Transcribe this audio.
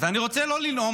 ואני רוצה לא לנאום,